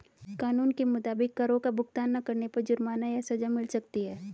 कानून के मुताबिक, करो का भुगतान ना करने पर जुर्माना या सज़ा मिल सकती है